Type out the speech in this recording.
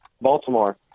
Baltimore